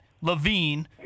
Levine